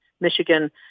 Michigan